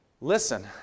listen